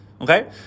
okay